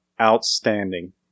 outstanding